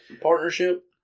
partnership